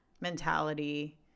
mentality